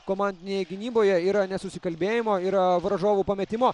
komandinėje gynyboje yra nesusikalbėjimo yra varžovų pametimo